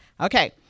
Okay